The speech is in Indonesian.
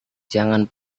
jangan